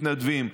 מתנדבים.